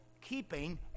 keeping